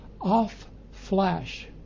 Off-flash